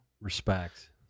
respect